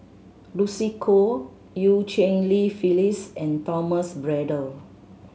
Lucy Koh Eu Cheng Li Phyllis and Thomas Braddell